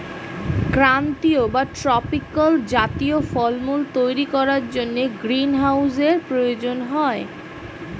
ক্রান্তীয় বা ট্রপিক্যাল জাতীয় ফলমূল তৈরি করার জন্য গ্রীনহাউসের প্রয়োজন হয়